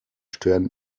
stören